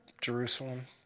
Jerusalem